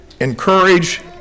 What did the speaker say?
encourage